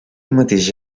mateix